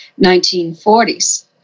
1940s